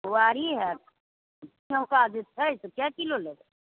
बुआरी होयत चौंका जे छै से कए किलो लेबै